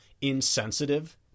insensitive